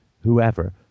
whoever